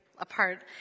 Apart